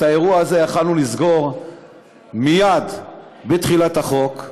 את האירוע הזה יכולנו לסגור מייד בתחילת החוק.